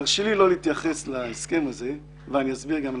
תרשי לי לא להתייחס להסכם הזה ואני אסביר גם למה: